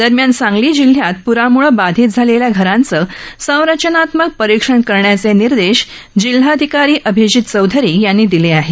दरम्यान सांगली जिल्हयात प्राम्ळे बाधित झालेल्या घरांचं संरचनात्मक परीक्षण करण्याचे निर्देश जिल्हाधिकारी अभिजीत चौधरी यांनी दिले आहेत